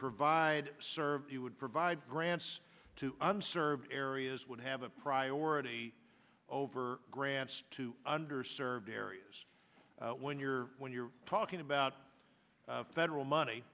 provide served you would provide grants to unserved areas would have a priority over grants to under served areas when you're when you're talking about federal money